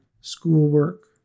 schoolwork